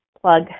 plug